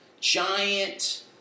giant